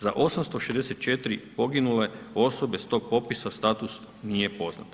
Za 864 poginule osobe s tog popisa status nije poznat.